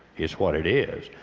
is what it is.